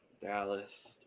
Dallas